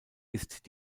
ist